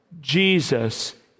Jesus